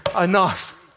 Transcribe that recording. enough